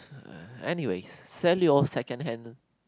anyways sell your second hand